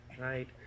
right